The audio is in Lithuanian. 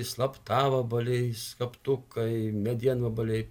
slaptavabaliai skaptukai medienvabaliai